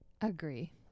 agree